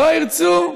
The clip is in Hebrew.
לא ירצו,